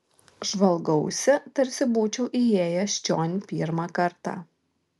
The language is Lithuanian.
žvalgausi tarsi būčiau įėjęs čion pirmą kartą